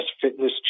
Fitness